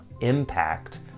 impact